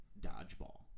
dodgeball